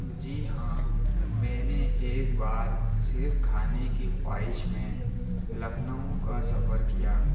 جی ہاں میں نے ایک بار صرف کھانے کی خواہش میں لکھنؤ کا سفر کیا